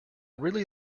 really